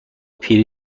پیری